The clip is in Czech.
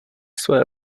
své